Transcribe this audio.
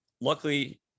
luckily